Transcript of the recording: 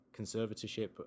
conservatorship